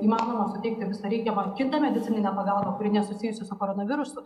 įmanoma suteikti visą reikiamą kitą medicininę pagalbą kuri nesusijusi su koronavirusu